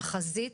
החזית,